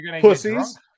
pussies